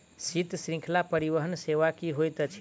शीत श्रृंखला परिवहन सेवा की होइत अछि?